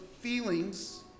feelings